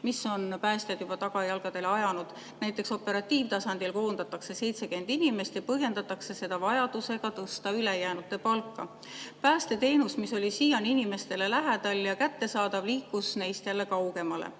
see on päästjad juba tagajalgadele ajanud. Näiteks operatiivtasandil koondatakse 70 inimest ja seda põhjendatakse vajadusega tõsta ülejäänute palka. Päästeteenus, mis siiani on olnud inimestele lähedal ja kättesaadav, liigub neist jälle kaugemale.